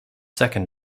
second